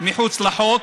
מחוץ לחוק,